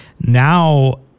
now